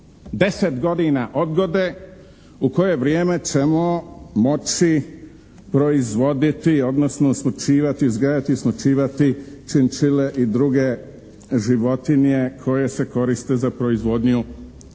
deset godina odgode u koje vrijeme ćemo moći proizvoditi odnosno usmrćivati, uzgajati i usmrćivati činčile i druge životinje koje se koriste za proizvodnju